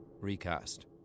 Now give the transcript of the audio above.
Recast